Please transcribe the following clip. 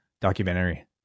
documentary